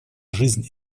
жизнь